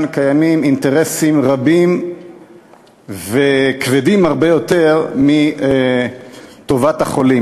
קיימים אינטרסים רבים וכבדים הרבה יותר מטובת החולים.